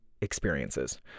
experiences